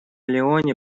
леоне